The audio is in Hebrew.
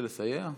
לסייע?